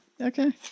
Okay